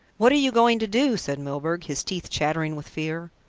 what are you going to do? said milburgh, his teeth chattering with fear.